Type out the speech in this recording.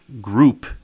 group